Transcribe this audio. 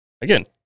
again